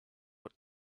what